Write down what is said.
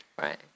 right